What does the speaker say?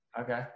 okay